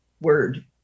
word